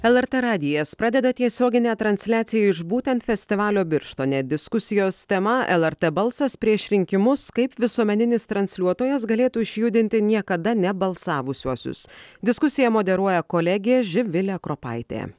lrt radijas pradeda tiesioginę transliaciją iš būtent festivalio birštone diskusijos tema lrt balsas prieš rinkimus kaip visuomeninis transliuotojas galėtų išjudinti niekada nebalsavusiuosius diskusiją moderuoja kolegė živilė kropaitė